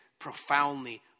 profoundly